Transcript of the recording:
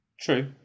True